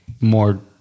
more